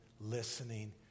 listening